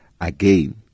again